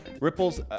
Ripple's